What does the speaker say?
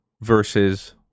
versus